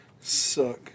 Suck